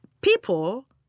people